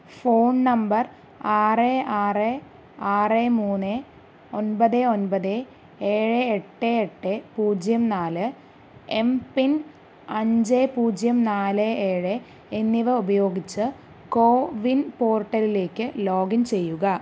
phone number ആറ് ആറ് ആറ് മൂന്ന് ഒൻപത് ഒൻപത് ഏഴ് എട്ട് എട്ട് പൂജ്യം നാല് എം പിൻ അഞ്ച് പൂജ്യം നാല് ഏഴ് എന്നിവ ഉപയോഗിച്ച് കോവിൻ പോർട്ടലിലേക്ക് ലോഗിൻ ചെയ്യുക